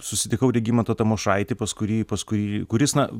susitikau regimantą tamošaitį pas kurį pas kurį kuris na